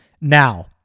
Now